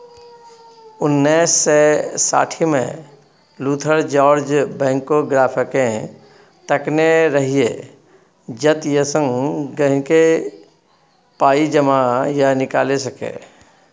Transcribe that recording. उन्नैस सय साठिमे लुथर जार्ज बैंकोग्राफकेँ तकने रहय जतयसँ गांहिकी पाइ जमा या निकालि सकै